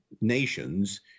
nations